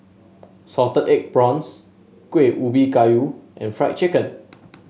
Salted Egg Prawns Kuih Ubi Kayu and Fried Chicken